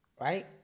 Right